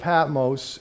Patmos